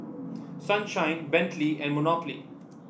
Sunshine Bentley and Monopoly